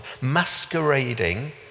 masquerading